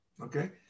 Okay